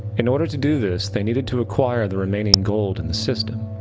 in order to do this, they needed to acquire the remaining gold in the system.